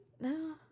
No